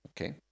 Okay